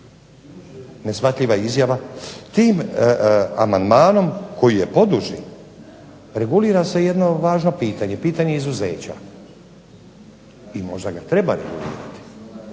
neshvatljiva izjava. Tim amandmanom koji je poduži regulira se jedno važno pitanje, pitanje izuzeća i možda ga treba regulirati